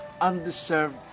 undeserved